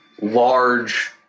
large